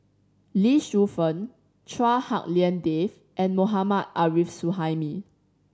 Lee Shu Fen Chua Hak Lien Dave and Mohammad Arif Suhaimi